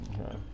Okay